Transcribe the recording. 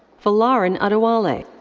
folarin adewale. like